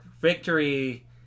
Victory